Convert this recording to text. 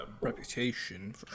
reputation